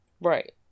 Right